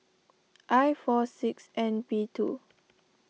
I four six N P two